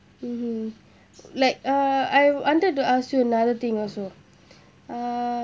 mmhmm like uh I wanted to ask you another thing also uh